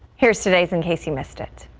here's today's in case you missed it.